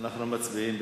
אנחנו מצביעים.